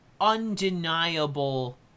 undeniable